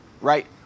right